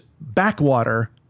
Backwater